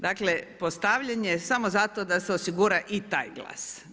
Dakle, postavljanje, samo zato da se osigura i taj glas.